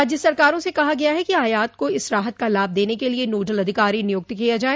राज्य सरकारों से कहा गया है कि आयात को इस राहत का लाभ देने के लिए नाडल अधिकारी नियुक्त किया जाए